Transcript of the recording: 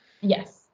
yes